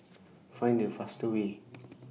Find The fastest Way